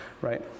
right